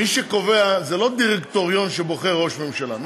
מי שקובע זה לא דירקטוריון שבוחר ראש ממשלה.